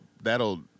That'll